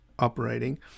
Operating